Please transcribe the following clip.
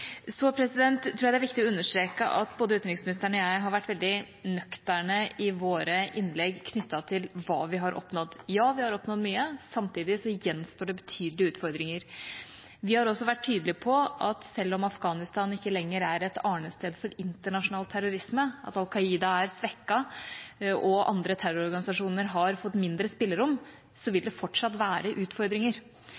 Så tror jeg det er viktig å understreke at både utenriksministeren og jeg i våre innlegg har vært veldig nøkterne knyttet til hva vi har oppnådd. Ja, vi har oppnådd mye, men samtidig gjenstår det betydelige utfordringer. Vi har også vært tydelige på at selv om Afghanistan ikke lenger er et arnested for internasjonal terrorisme, at Al Qaida er svekket og andre terrororganisasjoner har fått mindre spillerom, vil